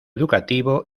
educativo